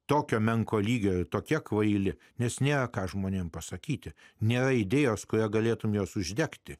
tokio menko lygio tokie kvaili nes ne ką žmonėms pasakyti ne idėjos kurią galėtumei juos uždegti